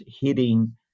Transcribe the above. hitting